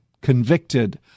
convicted